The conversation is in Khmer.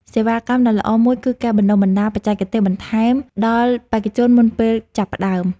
សេវាកម្មដ៏ល្អមួយគឺការបណ្ដុះបណ្ដាលបច្ចេកទេសបន្ថែមដល់បេក្ខជនមុនពេលចាប់ផ្ដើម។